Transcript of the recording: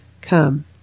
Come